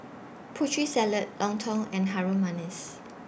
Putri Salad Lontong and Harum Manis